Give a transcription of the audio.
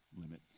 limit